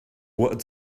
what